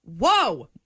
whoa